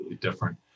different